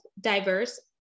diverse